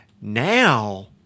Now